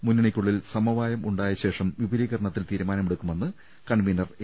മുന്നണിക്കുള്ളിൽ സമവായം ഉണ്ടായ ശേഷം വിപുലീകരണത്തിൽ തീരുമാനമെടുക്കുമെന്ന് കൺവീ നർ എ